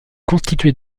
constituée